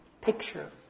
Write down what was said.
picture